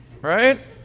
right